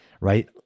right